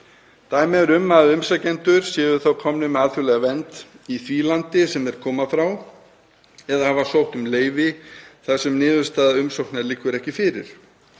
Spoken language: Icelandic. Dæmi eru um að umsækjendur séu þá komnir með alþjóðlega vernd í því landi sem þeir koma frá eða hafa sótt um leyfi þar sem niðurstaða umsóknar liggur ekki fyrir.